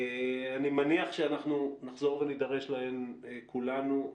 אני מניח שאנחנו נחזור ונידרש להן כולנו.